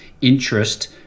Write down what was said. interest